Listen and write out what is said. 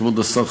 כבוד השר,